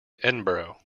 edinburgh